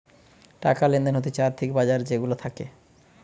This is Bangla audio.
টাকা লেনদেন হতিছে আর্থিক বাজার যে গুলা থাকে